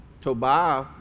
Tobiah